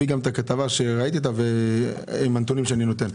את הכתבה שראיתי עם הנתונים שאני נותן.